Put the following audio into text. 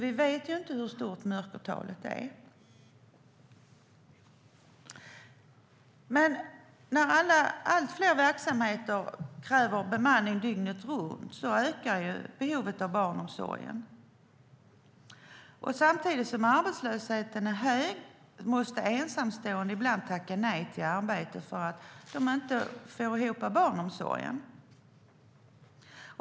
Vi vet alltså inte hur stort mörkertalet är. När allt fler verksamheter kräver bemanning dygnet runt ökar behovet av barnomsorg. Samtidigt som arbetslösheten är hög måste ensamstående ibland tacka nej till arbete för att de inte får ihop barnomsorgen.